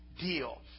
deal